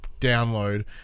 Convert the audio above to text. download